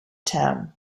town